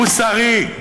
מוסרי.